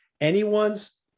anyone's